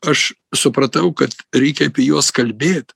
aš supratau kad reikia juos kalbėt